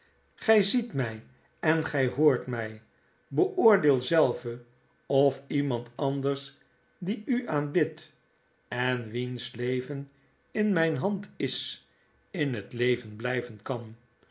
p ziet mij en gij hoort mij beoordeel zelve of iemand anders die u aanbidt en wiens leven in mjjne hand is in het leven blijven kan